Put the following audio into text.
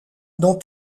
dont